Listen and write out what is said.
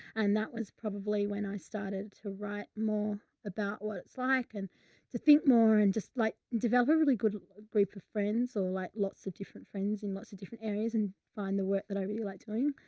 and that was probably when i started to write more about what it's like and to think more and just like develop a really good group of friends or like lots of different friends in lots of different areas and find the work that i really liked doing.